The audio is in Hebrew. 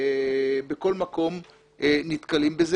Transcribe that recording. בכל מקום נתקלים בזה.